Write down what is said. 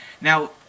Now